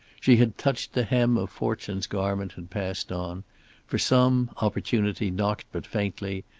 she had touched the hem of fortune's garment and passed on for some opportunity knocked but faintly,